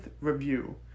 review